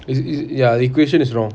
is is ya the equation is wrong